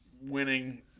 winning